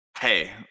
hey